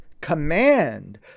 command